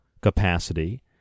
capacity—